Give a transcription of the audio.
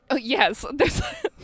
yes